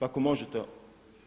Ako možete.